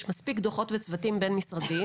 יש מספיק דוחות וצוותים בין-משרדיים,